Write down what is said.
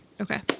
Okay